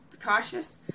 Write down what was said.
cautious